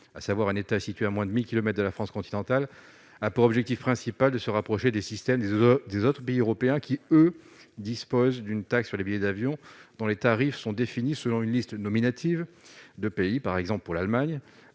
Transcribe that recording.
à savoir un État situé à moins de 1000 kilomètres de la France continentale a pour objectif principal de se rapprocher des systèmes des des autres pays européens qui, eux, disposent d'une taxe sur les billets d'avion dont les tarifs sont définis selon une liste nominative de pays par exemple pour l'Allemagne,